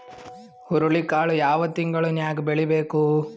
ಹುರುಳಿಕಾಳು ಯಾವ ತಿಂಗಳು ನ್ಯಾಗ್ ಬೆಳಿಬೇಕು?